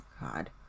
god